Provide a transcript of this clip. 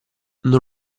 non